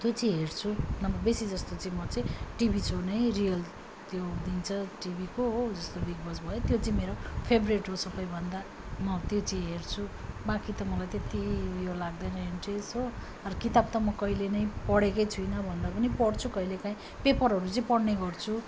त्यो चाहिँ हेर्छु नभए बेसी जस्तो चाहिँ म चाहिँ टिभी सो नै रियल त्यो दिन्छ टिभीको हो जस्तो बिग बस भयो त्यो चाहिँ मेरो फेभ्रेट हो सबभन्दा म त्यो चाहिँ हेर्छु बाँकी त मलाई त्यति उयो लाग्दैन इन्ट्रेस हो अरू किताब त म कहिले नै पढेकै छुइनँ भन्दा पनि पढ्छु कहिले काहीँ पेपरहरू चाहिँ पढ्ने गर्छु